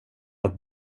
att